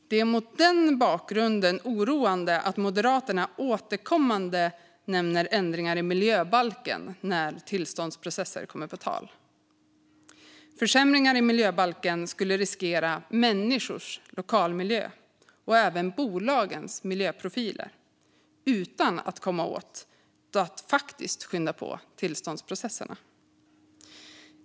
Det är mot den bakgrunden oroande att Moderaterna återkommande nämner ändringar i miljöbalken när tillståndsprocesser kommer på tal. Försämringar i miljöbalken skulle riskera människors lokalmiljö och även bolagens miljöprofiler utan att komma åt en faktisk påskyndning av tillståndsprocesserna.